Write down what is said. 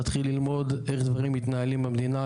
להתחיל ללמוד איך דברים מתנהלים במדינה,